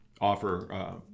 offer